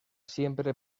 siempre